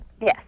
Yes